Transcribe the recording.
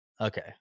Okay